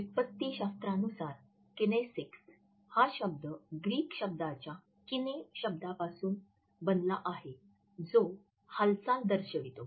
व्युत्पत्तीशास्त्रानुसार kinesics हा शब्द Greek शब्दाच्या किनेपासून बनला आहे जो हालचाल दर्शवितो